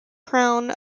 crown